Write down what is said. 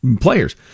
players